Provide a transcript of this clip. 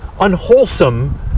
unwholesome